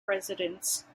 presidents